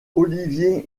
olivier